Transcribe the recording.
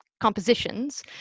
compositions